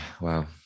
wow